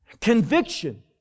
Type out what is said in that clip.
Conviction